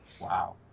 Wow